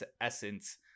essence